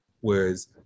whereas